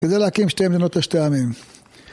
וזה להקים שתי מדינות לשתי עמים.